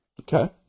Okay